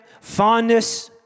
fondness